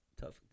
Tough